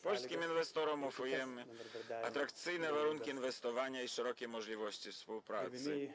Polskim inwestorom oferujemy atrakcyjne warunki inwestowania i szerokie możliwości współpracy.